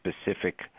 specific